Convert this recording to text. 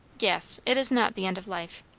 yes. it is not the end of life.